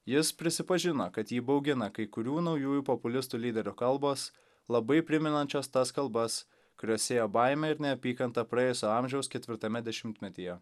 jis prisipažino kad jį baugina kai kurių naujųjų populistų lyderių kalbos labai primenančias tas kalbas kurios sėjo baimę ir neapykantą praėjusio amžiaus ketvirtame dešimtmetyje